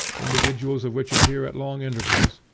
individuals of which appear at long intervals,